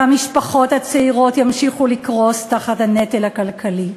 והמשפחות הצעירות ימשיכו לקרוס תחת הנטל הכלכלי.